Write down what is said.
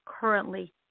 currently